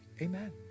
Amen